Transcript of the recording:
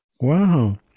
wow